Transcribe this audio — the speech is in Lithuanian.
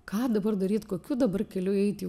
ką dabar daryt kokiu dabar keliu eit jau